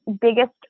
biggest